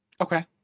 Okay